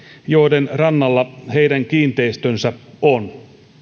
joiden rannalla heidän kiinteistönsä on